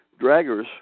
draggers